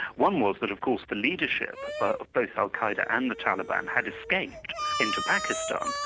one was that of course the leadership of both al-qa'eda and the taliban had escaped into pakistan,